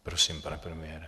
Prosím, pane premiére.